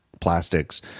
plastics